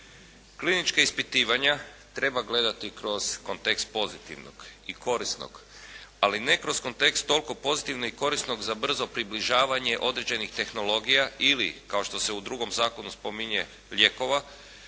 Klinička ispitivanja treba gledati kroz kontekst pozitivnog i korisnog, ali ne kroz kontekst toliko pozitivnog i korisnog za brzo približavanje određenih tehnologija ili kao što se u drugom zakonu spominje lijekova